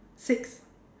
six